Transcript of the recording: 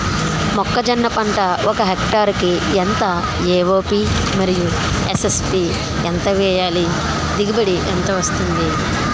మొక్కజొన్న పంట ఒక హెక్టార్ కి ఎంత ఎం.ఓ.పి మరియు ఎస్.ఎస్.పి ఎంత వేయాలి? దిగుబడి ఎంత వస్తుంది?